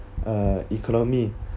uh economy